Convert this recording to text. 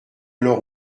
leur